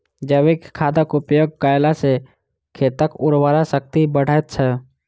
जैविक खादक उपयोग कयला सॅ खेतक उर्वरा शक्ति बढ़ैत छै